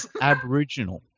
Aboriginal